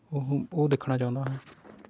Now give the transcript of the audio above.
ਉਹੋ ਉਹ ਦੇਖਣਾ ਚਾਹੁੰਦਾ ਹਾਂ